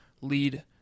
lead